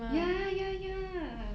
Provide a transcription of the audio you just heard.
ya ya ya